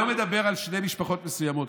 אני לא מדבר על שתי משפחות מסוימות.